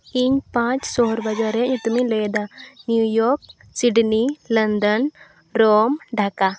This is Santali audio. ᱤᱧ ᱯᱟᱸᱪ ᱥᱚᱦᱚᱨ ᱵᱟᱡᱟᱨ ᱨᱮᱭᱟᱜ ᱧᱩᱛᱩᱢᱤᱧ ᱞᱟᱹᱭᱮᱫᱟ New York Sydney London Rome Dhaka